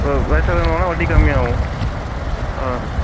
ஓ வயசானவங்கன்னா வட்டி கம்மி ஆகும் ஆ சோ